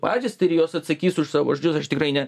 patys tai ir jos atsakys už savo žodžius aš tikrai ne